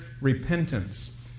Repentance